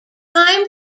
time